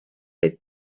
olid